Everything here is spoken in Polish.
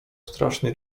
straszny